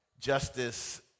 Justice